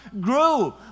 grew